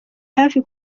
hafi